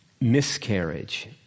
miscarriage